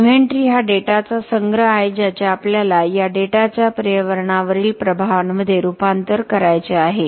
inventory हा डेटाचा संग्रह आहे ज्याचे आपल्याला या डेटाचे पर्यावरणावरील प्रभावांमध्ये रूपांतर करायचे आहे